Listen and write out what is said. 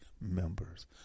members